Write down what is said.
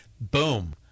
Boom